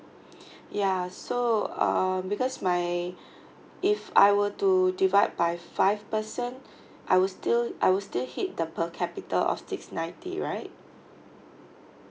ya so err because my if I were to divide by five person I will still I will still hit the per capita of six ninety right